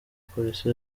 polisi